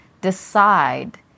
decide